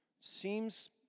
Seems